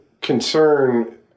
concern